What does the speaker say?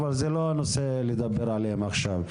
אבל זה לא הזמן לדבר עליהם עכשיו.